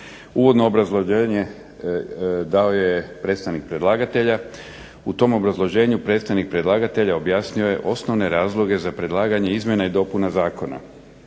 Uvodno obrazloženje dao je predstavnik predlagatelja. U tom obrazloženju predstavnik predlagatelja objasnio je osnovne razloge za predlaganje izmjena i dopuna zakona.